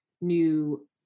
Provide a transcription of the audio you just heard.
new